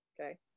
okay